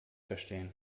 verstehen